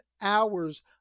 hours